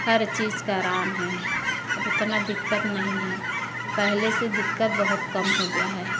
हर चीज का आराम है अब उतना दिक्कत नहीं है पहले से दिक्कत बहुत कम हो गया है